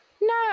No